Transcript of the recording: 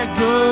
go